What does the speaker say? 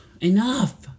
Enough